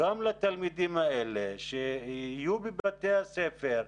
גם לתלמידים האלה שיהיו בבתי הספר,